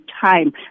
time